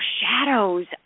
shadows